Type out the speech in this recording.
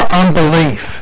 unbelief